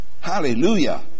Hallelujah